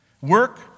Work